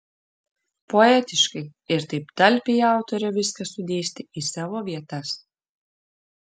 poetiškai ir taip talpiai autorė viską sudėstė į savo vietas